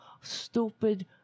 stupid